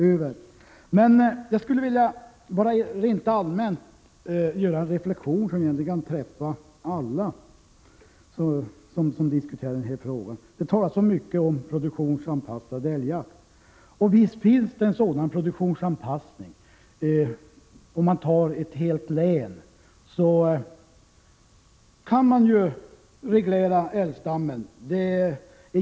Låt mig dock först rent allmänt göra en reflexion som kan avse alla dem som diskuterar denna fråga. Det talas mycket om produktionsanpassad älgjakt, och visst förekommer det en sådan produktionsanpassning. Man kan t.ex. på detta sätt reglera älgstammen i ett helt län.